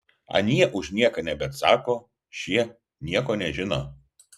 anie už nieką nebeatsako šie nieko nežino